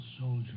soldier